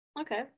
Okay